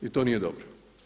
I to nije dobro.